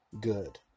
good